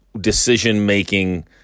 decision-making